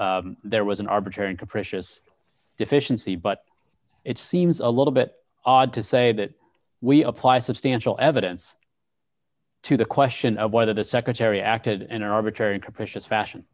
there was an arbitrary and capricious deficiency but it seems a little bit odd to say that we apply substantial evidence to the question of whether the secretary acted in an arbitrary and capricious fashion